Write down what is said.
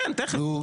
נו.